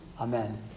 Amen